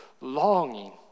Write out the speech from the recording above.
longing